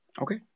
Okay